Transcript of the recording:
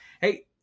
Hey